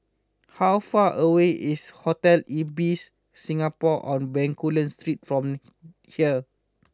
how far away is Hotel Ibis Singapore on Bencoolen from here